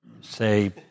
Say